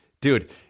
Dude